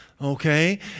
okay